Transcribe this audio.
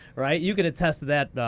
right? you can attest to that,